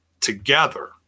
together